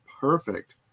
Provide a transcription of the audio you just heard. perfect